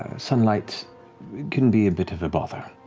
sunlight can be a bit of a bother.